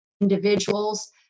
individuals